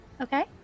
Okay